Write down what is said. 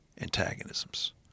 antagonisms